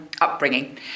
upbringing